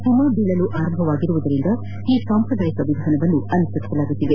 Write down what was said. ಹಿಮ ಬೀಳಲು ಆರಂಭವಾಗಿರುವುದರಿಂದ ಈ ಸಾಂಪ್ರದಾಯಿಕ ವಿಧಾನವನ್ನು ಅನುಸರಿಲಾಗುತ್ತದೆ